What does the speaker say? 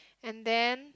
and then